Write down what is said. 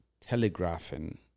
telegraphing